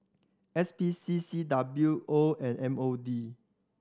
S P C C W O and M O D